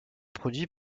produit